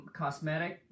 cosmetic